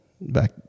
back